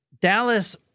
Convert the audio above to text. Dallas